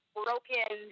broken